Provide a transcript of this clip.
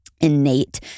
innate